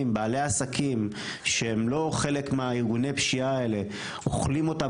בעלי עסקים שהם לא חלק מארגוני הפשיעה האלה אוכלים אותה,